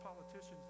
politicians